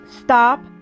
stop